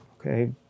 okay